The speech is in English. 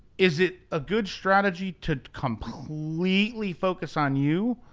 is it a good strategy to completely focus on you?